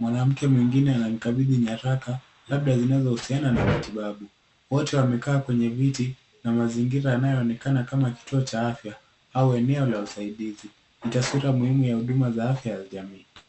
Mwanamke mwingine anamkabidhi nyaraka labda zinazohusiana na matibabu. Wote wamekaa kwenye viti na mazingira yanayo onekana kama kituo cha afya au eneo la usaidizi. Ni taswira muhimu ya huduma za afya za jamii.